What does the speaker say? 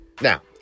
Now